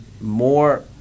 more